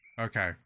okay